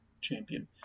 champion